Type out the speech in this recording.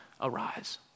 arise